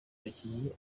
abakinnyi